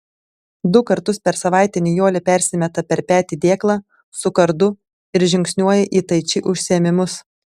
du kartus per savaitę nijolė persimeta per petį dėklą su kardu ir žingsniuoja į taiči užsiėmimus